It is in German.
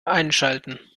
einschalten